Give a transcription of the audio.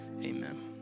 Amen